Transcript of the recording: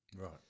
Right